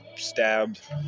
stabbed